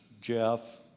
Jeff